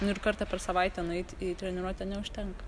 nu ir kartą per savaitę nueit į treniruotę neužtenka